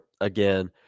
again